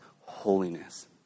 holiness